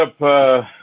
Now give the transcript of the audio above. up